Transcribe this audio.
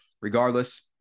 Regardless